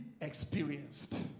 experienced